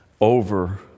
over